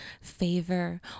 favor